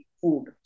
food